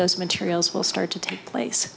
those materials will start to take place